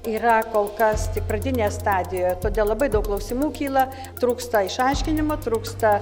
yra kol kas tik pradinėje stadijoje todėl labai daug klausimų kyla trūksta išaiškinimo trūksta